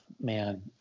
man